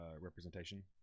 representation